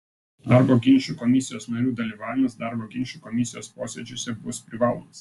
darbo ginčų komisijos narių dalyvavimas darbo ginčų komisijos posėdžiuose bus privalomas